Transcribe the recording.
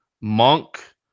Monk